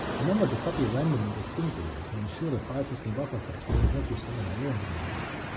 remember to copy random and distinct data, to ensure the filesystem buffer cache doesn't help your standard i o implementation.